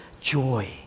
joy